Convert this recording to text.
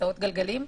כיסאות גלגלים.